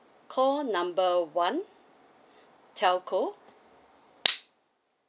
call number one telco